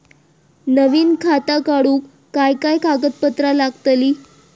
नवीन खाता काढूक काय काय कागदपत्रा लागतली?